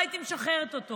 לא הייתי משחררת אותו